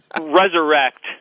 resurrect